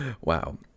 Wow